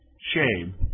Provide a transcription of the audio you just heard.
shame